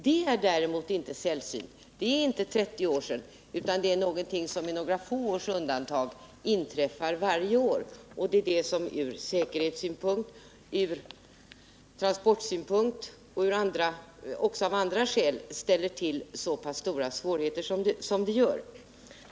Det är däremot ett problem som inte är sällsynt; det är inte några 30 år sedan de blåste igen, utan det är någonting som med några få års undantag inträffar varje år, och det är det som ur säkerhetssynpunkt, ur transportsynpunkt och även av andra skäl ställer till stora svårigheter.